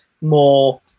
more